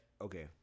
okay